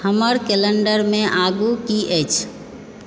हमर कैलेँडरमे आगू की अछि